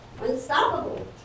Unstoppable